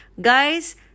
guys